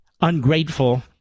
ungrateful